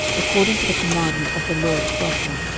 according to the commandment of the lord to joshua,